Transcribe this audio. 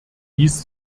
wies